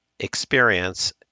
experience